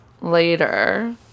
later